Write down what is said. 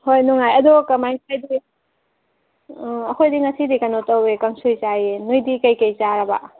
ꯍꯣꯏ ꯅꯨꯡꯉꯥꯏ ꯑꯗꯣ ꯀꯃꯥꯏ ꯍꯥꯏꯕꯗꯤ ꯑꯩꯈꯣꯏꯗꯤ ꯉꯁꯤꯁꯦ ꯀꯩꯅꯣ ꯇꯧꯋꯦ ꯀꯥꯡꯁꯣꯏ ꯆꯥꯏꯌꯦ ꯅꯣꯏꯗꯤ ꯀꯔꯤ ꯀꯔꯤ ꯆꯥꯔꯕ